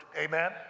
Amen